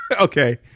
Okay